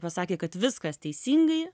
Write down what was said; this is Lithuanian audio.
pasakė kad viskas teisingai